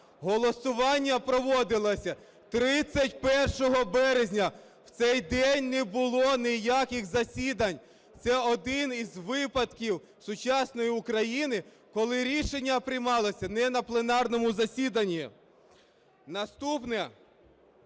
Голосування проводилося 31 березня, в цей день не було ніяких засідань. Це один із випадків сучасної України, коли рішення приймалося не на пленарному засіданні. Наступне.